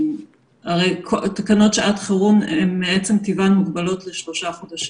הרי מעצם טיבן תקנות שעת חירום מוגבלות לשלושה חודשים.